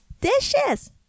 dishes